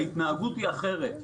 ההתנהגות היא אחרת,